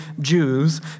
Jews